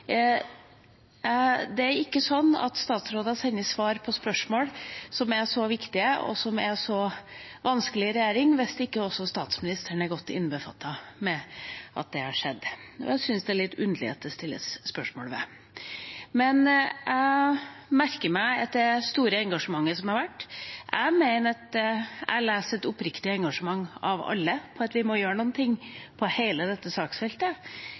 Jeg syns det er litt underlig at det stilles spørsmål ved det. Jeg merker meg det store engasjementet som har vært. Jeg leser et oppriktig engasjement hos alle for at vi må gjøre noe på hele dette saksfeltet.